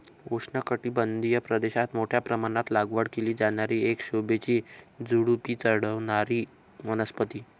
उष्णकटिबंधीय प्रदेशात मोठ्या प्रमाणात लागवड केली जाणारी एक शोभेची झुडुपी चढणारी वनस्पती